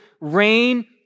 rain